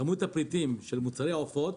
כמות הפריטים של מוצרי העופות,